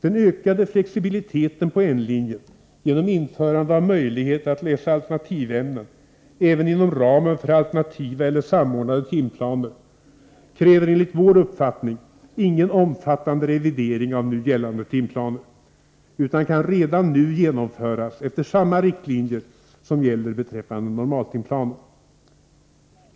Den ökade flexibiliteten på N-linjen genom införande av möjligheten att läsa alternativämnen även inom ramen för alternativa eller samordnade timplaner kräver enligt vår uppfattning ingen omfattande revidering av nu gällande timplaner utan kan redan nu genomföras efter samma riktlinjer som gäller beträffande normaltimplanen.